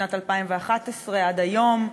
משנת 2011 עד היום.